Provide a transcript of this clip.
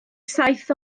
saith